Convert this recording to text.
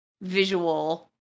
visual